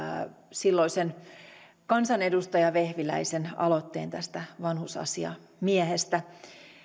silloisen kansanedustaja vehviläisen aloitteen tästä vanhusasiamiehestä